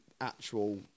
actual